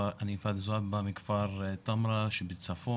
אני פאדי זועבי מכפר תמרה שבצפון,